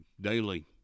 daily